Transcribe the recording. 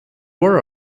were